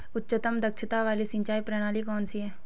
उच्चतम दक्षता वाली सिंचाई प्रणाली कौन सी है?